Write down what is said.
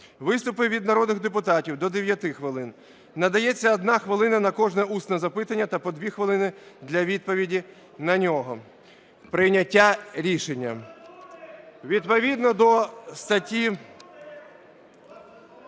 виступи від народних депутатів – до 9 хвилин. Надається 1 хвилина на кожне усне запитання та по 2 хвилини для відповіді на нього. Прийняття рішення. Відповідно до статті…